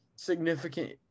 Significant